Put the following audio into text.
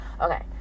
okay